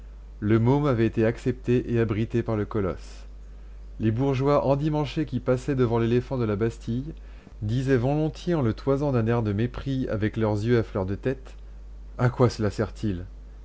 le môme avait été accepté et abrité par le colosse les bourgeois endimanchés qui passaient devant l'éléphant de la bastille disaient volontiers en le toisant d'un air de mépris avec leurs yeux à fleur de tête à quoi cela sert-il